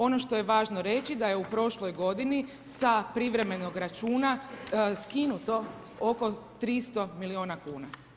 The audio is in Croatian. Ono što je važno reći, da je u prošloj godini sa privremenog računa skinuto oko 300 milijuna kuna.